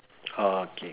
ah K